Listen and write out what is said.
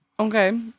Okay